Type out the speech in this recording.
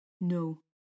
No